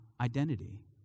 Identity